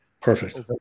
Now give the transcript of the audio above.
Perfect